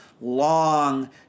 long